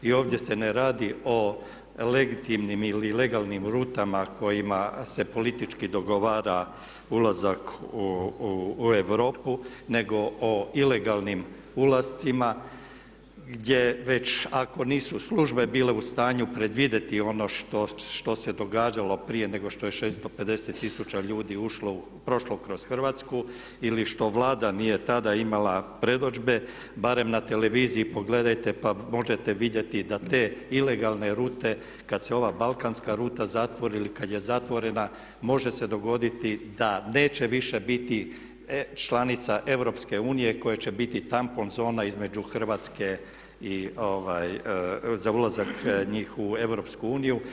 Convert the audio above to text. I ovdje se ne radi o legitimnim ili legalnim rutama kojima se politički dogovara ulazak u Europu nego o ilegalnim ulascima gdje već ako nisu službe bile u stanju predvidjeti ono što se događalo prije nego što je 650 tisuća ljudi prošlo kroz Hrvatsku ili što Vlada nije tada imala predodžbe barem na televiziji pogledajte pa možete vidjeti da te ilegalne rute kad se ova balkanska ruta zatvori ili kad je zatvorena može se dogoditi da neće više biti članica EU koja će biti tampon zona između Hrvatske za ulazak njih u EU.